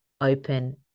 open